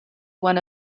one